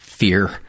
fear